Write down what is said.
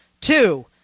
Two